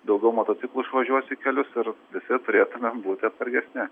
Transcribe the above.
daugiau motociklų išvažiuos į kelius ir visi turėtumėm būti atsargesni